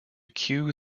cue